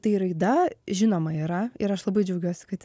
tai raida žinoma yra ir aš labai džiaugiuosi kad